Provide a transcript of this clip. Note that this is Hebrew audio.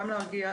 גם להרגיע,